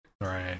Right